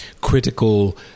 critical